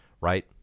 right